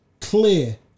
clear